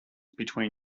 between